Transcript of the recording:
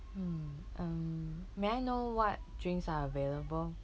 hmm um may I know what drinks are available